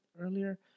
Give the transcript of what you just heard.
earlier